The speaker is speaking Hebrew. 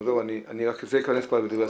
זה ייכנס כבר לדברי הסיכום שלי.